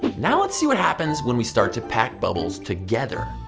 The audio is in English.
now let's see what happens when we start to pack bubbles together.